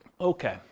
Okay